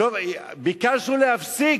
ביקשנו להפסיק,